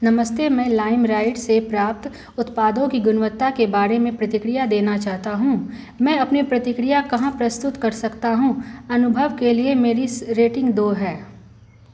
नमस्ते मैं लाइमरॉड से प्राप्त उत्पादों की गुणवत्ता के बारे में प्रतिक्रिया देना चाहता हूँ मैं अपनी प्रतिक्रिया कहाँ प्रस्तुत कर सकता हूँ अनुभव के लिए मेरी रेटिंग दो है